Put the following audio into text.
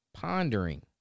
Pondering